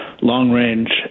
long-range